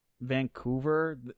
Vancouver